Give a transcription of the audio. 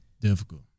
Difficult